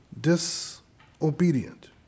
Disobedient